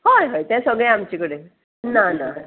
हय हय तें सगळें आमचे कडेन ना ना